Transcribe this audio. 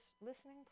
listening